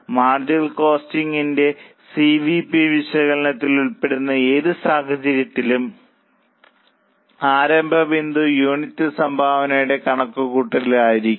marginal കോസ്റ്റിംഗിന്റെ സിവിപി വിശകലനം ഉൾപ്പെടുന്ന ഏത് സാഹചര്യത്തിലും ആരംഭ ബിന്ദു യൂണിറ്റ് സംഭാവനയുടെ കണക്കുകൂട്ടൽ ആയിരിക്കും